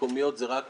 ישיבת מעקב